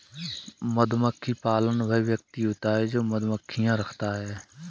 मधुमक्खी पालक वह व्यक्ति होता है जो मधुमक्खियां रखता है